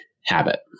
habit